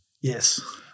Yes